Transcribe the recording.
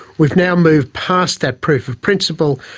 we've now moved past that proof of principle,